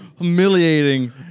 humiliating